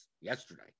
yesterday